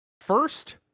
First